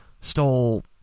stole